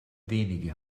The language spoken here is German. wenige